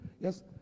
Yes